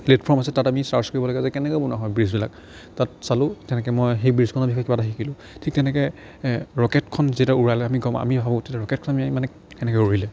platform আছে তাত আমি চাৰ্ছ কৰিব লাগে যে কেনেকৈ বনোৱা হয় ব্ৰিজবিলাক তাত চালোঁ তেনেকৈ মই সেই ব্ৰিজখনৰ বিষয়ে কিবা এটা শিকিলোঁ ঠিক তেনেকৈ ৰকেটখন যেতিয়া উৰালে আমি গম আমি ভাবোঁ তেতিয়া ৰকেটখন আমি মানে কেনেকৈ উৰিলে